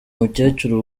mukecuru